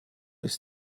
ist